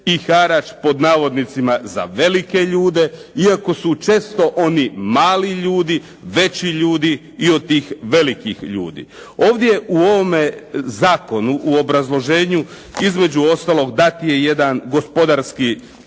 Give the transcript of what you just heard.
i harač, pod navodnicima, za velike ljude, iako su često oni mali ljudi, veći ljudi i od tih velikih ljudi. Ovdje u ovome zakonu, u obrazloženju između ostalog dat je jedan gospodarski,